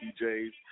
DJs